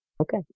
Okay